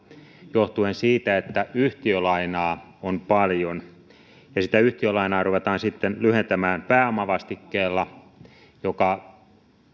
johtuen siitä että yhtiölainaa on paljon sitä yhtiölainaa ruvetaan sitten lyhentämään pääomavastikkeella